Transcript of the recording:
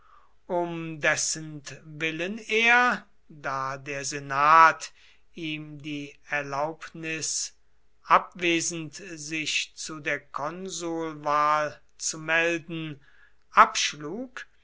um dessentwillen er da der senat ihm die erlaubnis abwesend sich zu der konsulwahl zu melden abschlug